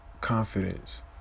confidence